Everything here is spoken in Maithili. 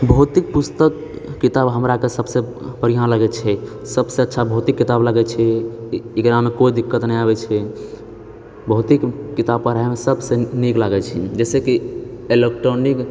भौतिक पुस्तकके किताब हमरा कऽ सबसँ बढ़िआँ लगैत छै सबसँ अच्छा भौतिक किताब लागैत छै एकरामे कोइ दिक्कत नहि आबैत छै भौतिक किताब पढ़ै मऽ सबसँ नीक लागैत छै जैसे कि इलेक्ट्रॉनिक